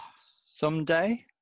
Someday